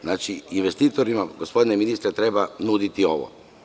Znači, investitorima, gospodine ministre, treba nuditi ovo.